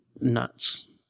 nuts